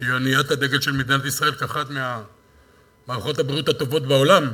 שהיא אוניית הדגל של מדינת ישראל כאחת ממערכות הבריאות הטובות בעולם,